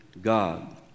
God